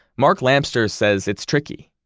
mark lamster says, it's tricky.